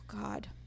God